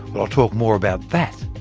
i'll talk more about that,